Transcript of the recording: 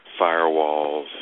firewalls